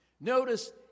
Notice